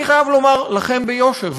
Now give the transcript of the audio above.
אני חייב לומר לכם ביושר,